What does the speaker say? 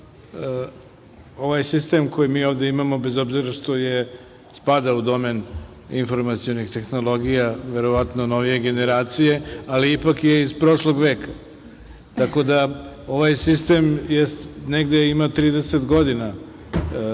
ovaj sistem koji mi ovde imamo, bez obzira što spada u domen informacionih tehnologija verovatno novije generacije, ali ipak je iz prošlog veka, tako da ovaj sistem negde ima 30 godina i on